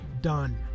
done